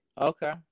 Okay